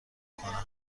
کنم